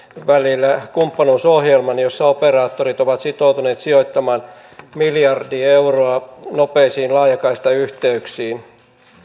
välillä kumppanuusohjelman jossa operaattorit ovat sitoutuneet sijoittamaan miljardi euroa nopeisiin laajakaistayhteyksiin